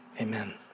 Amen